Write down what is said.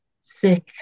sick